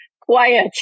quiet